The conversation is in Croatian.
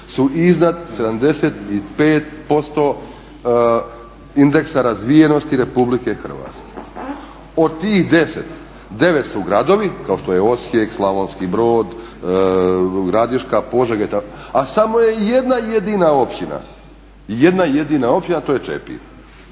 su iznad 75% indeksa razvijenosti RH. Od tih 10 9 su gradovi kao što je Osijek, Slavonski Brod, Gradiška, Požega itd. a samo je jedna jedina općina, jedna jedina općina a to je Čepin.